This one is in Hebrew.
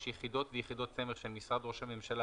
יחידות ויחידות סמך של משרד ראש הממשלה,